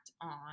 on